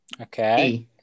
Okay